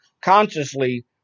consciously